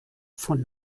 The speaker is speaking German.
von